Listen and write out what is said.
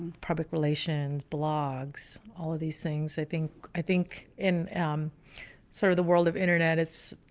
public relations, blogs, all of these things. i think, i think in sort of the world of internet, it's,